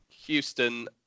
Houston